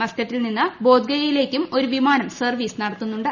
മസ്ക്കറ്റിൽ നിന്ന് ബോധ്ഗയയിലേയ്ക്കും ഒരു് വിമാനം സർവ്വീസ് നടത്തുന്നുണ്ട്